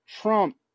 Trump